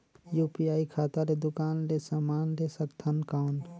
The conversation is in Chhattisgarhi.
यू.पी.आई खाता ले दुकान ले समान ले सकथन कौन?